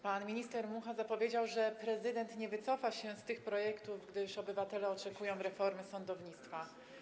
Pan minister Mucha zapowiedział, że prezydent nie wycofa się z tych projektów, gdyż obywatele oczekują reformy sądownictwa.